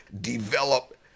develop